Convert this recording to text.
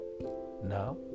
Now